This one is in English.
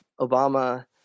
Obama